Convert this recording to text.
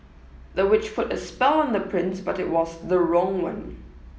the witch put a spell on the prince but it was the wrong one